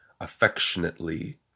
affectionately